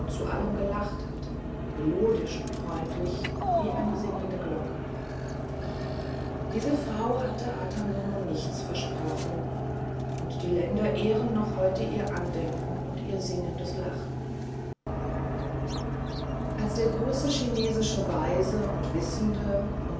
zu allem gelacht hatte melodisch und freundlich wie eine singende glocke diese frau hatte ata mono nichts versprochen und die länder ehren heute noch ihr andenken und ihr singendes lachen als der große chinesische weise und wissende